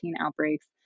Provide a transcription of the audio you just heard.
outbreaks